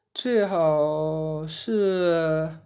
最好是